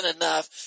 enough